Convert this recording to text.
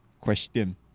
question